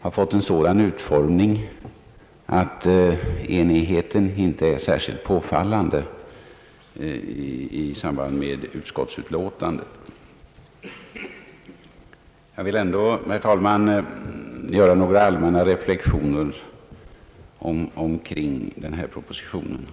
har fått en sådan utformning, att enigheten i samband med utskottets utlåtande inte tycks särskilt påfallande. Jag vill ändå, herr talman, göra några allmänna reflexioner kring denna proposition.